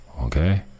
Okay